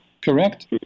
correct